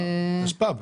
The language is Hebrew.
לא, תשפ"ב.